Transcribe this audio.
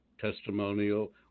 testimonial